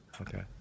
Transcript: Okay